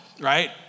right